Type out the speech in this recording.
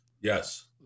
Yes